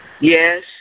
Yes